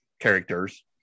characters